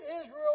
Israel